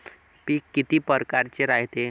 पिकं किती परकारचे रायते?